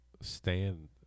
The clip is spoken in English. stand